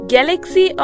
Galaxy